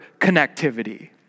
connectivity